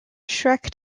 shrek